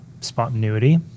spontaneity